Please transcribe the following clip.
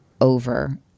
over